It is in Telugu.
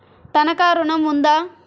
తనఖా ఋణం ఉందా?